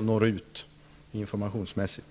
når ut informationsmässigt.